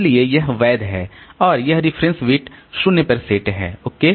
इसलिए यह वैध है और यह रेफरेंस बिट 0 पर सेट है ओके